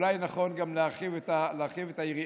אולי נכון גם להרחיב את היריעה,